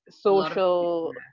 social